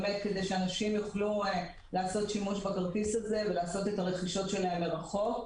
כדי שאנשים יוכלו לעשות שימוש בכרטיס הזה ולעשות את הרכישות שלהם מרחוק,